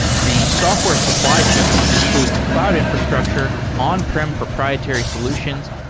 the software supply chain includes cloud infrastructure, on-prem proprietary solutions,